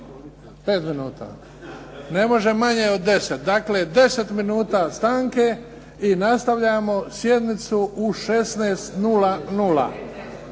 minuta. Ne može manje od 10. Dakle, 10 minuta stanke i nastavljamo sjednicu u 16,00h.